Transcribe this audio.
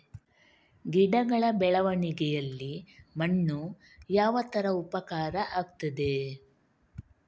ಗಿಡಗಳ ಬೆಳವಣಿಗೆಯಲ್ಲಿ ಮಣ್ಣು ಯಾವ ತರ ಉಪಕಾರ ಆಗ್ತದೆ?